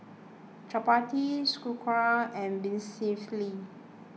Chapati Sauerkraut and Vermicelli